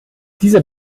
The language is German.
dieser